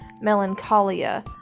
melancholia